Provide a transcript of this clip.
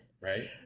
Right